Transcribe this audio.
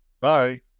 Bye